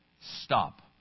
Stop